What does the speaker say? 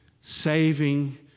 saving